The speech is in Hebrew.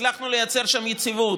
הצלחנו לייצר שם יציבות,